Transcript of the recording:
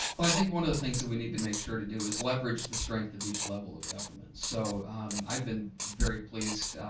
i think one of the things that we need to make sure to do is leverage the strengths of each level of government. so i've been very pleased.